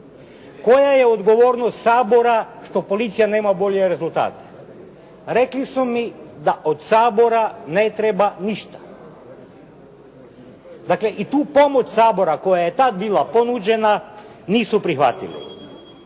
Koja je odgovornost Sabora što policija nema bolje rezultate? Rekli su mi da od Sabora ne treba ništa. Dakle, i tu pomoć Sabora koja je tad bila ponuđena nisu prihvatili.